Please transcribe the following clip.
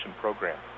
program